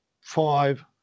five